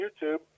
YouTube